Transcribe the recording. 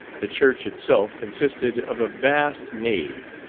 the church itself consisted of a vast nave,